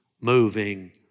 moving